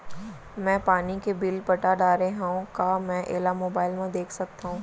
मैं पानी के बिल पटा डारे हव का मैं एला मोबाइल म देख सकथव?